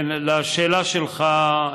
כן, לשאלה שלך,